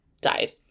died